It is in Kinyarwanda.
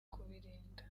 kubirinda